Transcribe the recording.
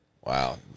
Wow